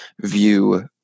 view